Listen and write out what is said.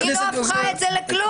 היא לא הפכה את זה לכלום.